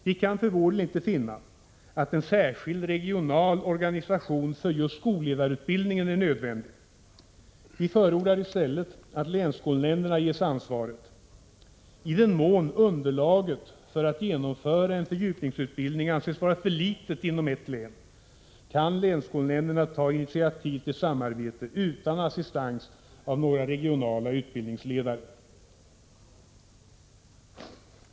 Vi kan för vår del inte finna att en särskild regional organisation för just skolledarutbildningen är nödvändig. Vi förordar i stället att länsskolnämnderna ges ansvaret. I den mån underlaget för att genomföra en fördjupningsutbildning anses vara för litet inom ett län, kan länsskolnämnderna ta initiativ till samarbete utan assistans av några regionala utbildningsledare.